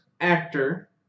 actor